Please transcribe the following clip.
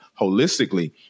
holistically